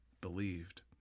believed